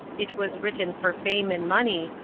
it was written for fame and money,